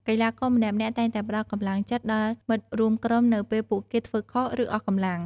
កីឡាករម្នាក់ៗតែងតែផ្តល់កម្លាំងចិត្តដល់មិត្តរួមក្រុមនៅពេលពួកគេធ្វើខុស ឬអស់កម្លាំង។